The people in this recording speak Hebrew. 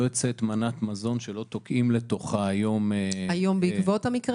לא יוצאת מנת מזון שלא תוקעים לתוכה מדחום- -- היום בעקבות המקרה?